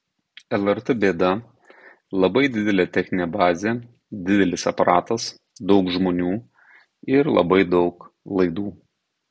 lrt bėda labai didelė techninė bazė didelis aparatas daug žmonių ir labai daug laidų